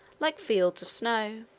like fields of snow.